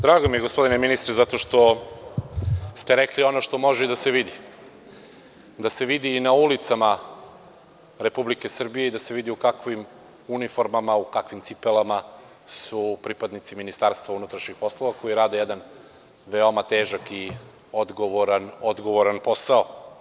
Drago mi je gospodine ministre zato što ste rekli ono što može i da se vidi, da se vidi i na ulicama Republike Srbije i da se vidi u kakvim uniformama u kakvim cipelama su pripadnici MUP, koji rade jedan veoma težak i odgovoran posao.